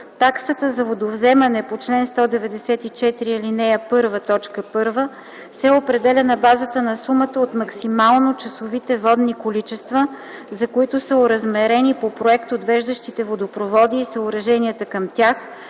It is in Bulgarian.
таксата за водовземане по чл. 194, ал. 1, т. 1 се определя на базата на сумата от максимално часовите водни количества, за които за оразмерени по проект отвеждащите водопроводи и съоръженията към тях